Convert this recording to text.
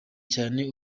cyane